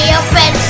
open